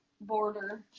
Border